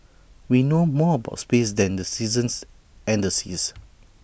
we know more about space than the seasons and the seas